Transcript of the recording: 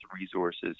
resources